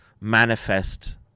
manifest